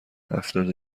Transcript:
هفتاد